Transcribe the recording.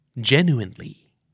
genuinely